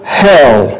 hell